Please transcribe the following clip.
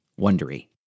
wondery